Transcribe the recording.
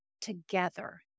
together